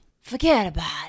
Forget-About-It